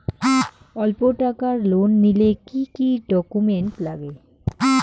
অল্প টাকার লোন নিলে কি কি ডকুমেন্ট লাগে?